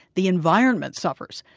the environment suffers.